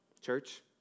church